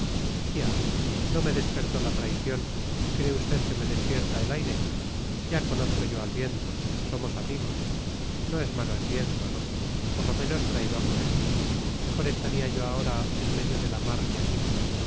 no me despertó la traición y cree usted que me despierta el aire ya conozco yo al viento somos amigos no es malo el viento no por lo menos traidor no es mejor estaría yo ahora en medio de la mar que aquí